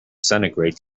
centigrade